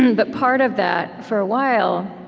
and but part of that, for a while,